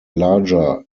larger